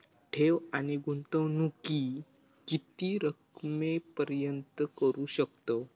ठेव आणि गुंतवणूकी किती रकमेपर्यंत करू शकतव?